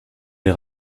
les